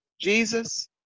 Jesus